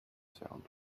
sound